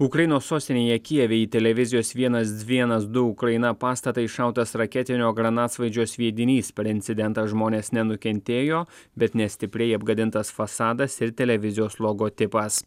ukrainos sostinėje kijeve į televizijos vienaz vienas du ukraina pastatą iššautas raketinio granatsvaidžio sviedinys per incidentą žmonės nenukentėjo bet nestipriai apgadintas fasadas ir televizijos logotipas